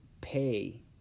pay